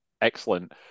Excellent